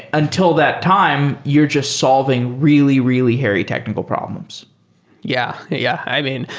until that time, you're just solving really, really hairy technical problems yeah. yeah i mean,